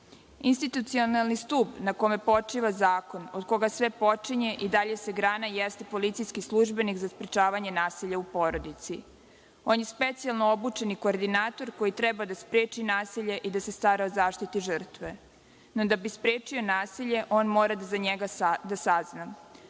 godine. Institucionalni stub na kome počiva zakon od koga sve počinje i dalje se grana jeste policijski službenik za sprečavanje nasilja u porodici. On je specijalno obučeni koordinator koji treba da spreči nasilje i da se stara o zaštiti žrtve. No, da bi sprečio nasilje, on mora da za njega sazna.